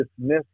dismiss